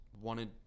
wanted